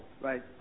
Right